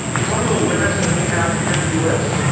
some of the limits that we have here in the us